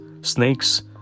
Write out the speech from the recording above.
snakes